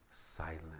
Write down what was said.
Silent